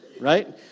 right